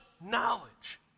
knowledge